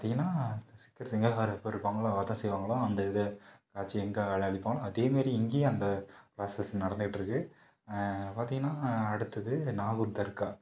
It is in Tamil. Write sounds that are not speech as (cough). பார்த்திங்கனா சிக்கல் சிங்கார வேலன் எப்பிடிருப்பாங்களோ வதம் செய்வாங்களோ அந்த இது (unintelligible) அடிப்பாங்களோ அதே மாதிரி இங்கேயும் அந்த ப்ராசஸ் நடந்துகிட்டுருக்கு பார்த்திங்கனா அடுத்தது நாகூர் தர்கா